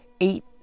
eight